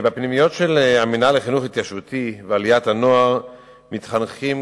בפנימיות של המינהל לחינוך התיישבותי ועליית הנוער מתחנכים